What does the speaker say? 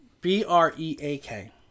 B-R-E-A-K